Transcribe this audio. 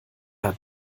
hat